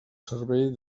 servei